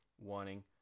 wanting